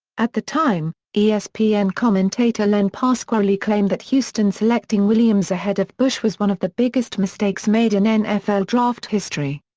at the time, yeah espn commentator len pasquarelli claimed that houston selecting williams ahead of bush was one of the biggest mistakes made in nfl draft history.